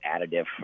additive